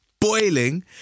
Boiling